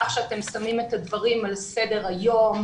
תודה על שאתם שמים את הדברים על סדר היום.